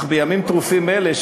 אך בימים טרופים אלה,